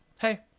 Hey